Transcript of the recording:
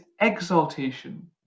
exaltation